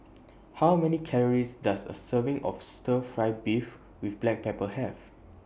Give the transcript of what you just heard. How Many Calories Does A Serving of Stir Fry Beef with Black Pepper Have